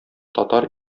татар